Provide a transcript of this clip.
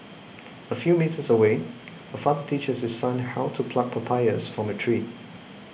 a few metres away a father teaches his son how to pluck papayas from a tree